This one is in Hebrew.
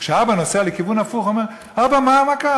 כשהאבא נוסע לכיוון הפוך, הוא אומר: אבא, מה קרה?